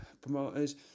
promoters